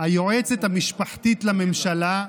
היועצת המשפחתית לממשלה,